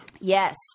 Yes